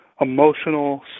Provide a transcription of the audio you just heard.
emotional